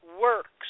works